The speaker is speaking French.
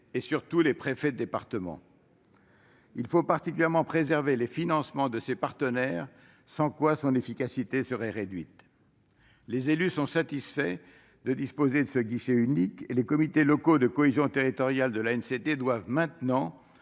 des préfets de département. Il faut particulièrement préserver les financements de ses partenaires, sans quoi son efficacité sera réduite. Les élus sont satisfaits de disposer de ce guichet unique, et les comités locaux de cohésion territoriale de l'ANCT doivent maintenant